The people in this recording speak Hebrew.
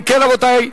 אם כן, רבותי,